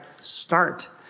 start